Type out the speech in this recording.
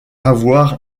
avoir